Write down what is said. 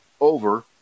over